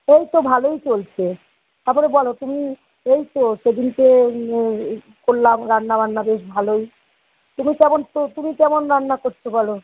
এই তো ভালোই চলছে তাপরে বলো তুমি এই তো সেদিনকে করলাম রান্নাবান্না বেশ ভালোই তুমি কেমন ক তুমি কেমন রান্না করছো বলো